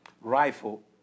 rifle